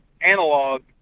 analog